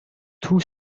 tous